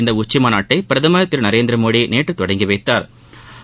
இந்த உச்சிமாநாட்டை பிரதமர் திரு நரேந்திரமோடி நேற்று தொடங்கி வைத்தாா்